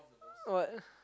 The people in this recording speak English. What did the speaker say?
what